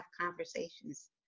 conversations